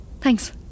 Thanks